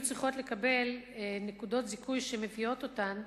צריכות לקבל נקודות זיכוי שמביאות אותן